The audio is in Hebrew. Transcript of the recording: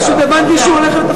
פשוט הבנתי שהוא הולך לתפקיד,